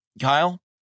Kyle